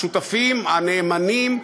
השותפים הנאמנים,